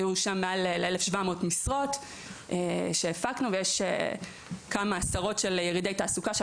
היו שם מעל 1,700 משרות שהפקנו ויש כמה ירידי תעסוקה כאלה,